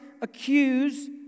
accuse